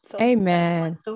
Amen